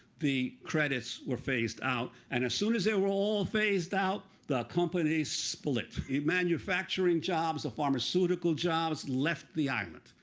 the credits were phased out. and as soon as they were all phased out, the companies split. the manufacturing jobs, the pharmaceutical jobs left the island.